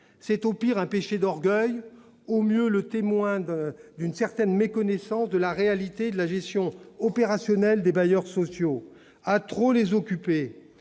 C'est, au pire, un péché d'orgueil, au mieux, le témoignage d'une certaine méconnaissance de la réalité de la gestion opérationnelle des bailleurs sociaux. À trop les occuper à